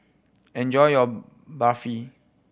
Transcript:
enjoy your Barfi